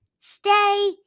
stay